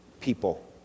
people